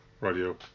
Radio